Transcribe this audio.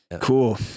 Cool